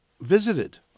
visited